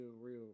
real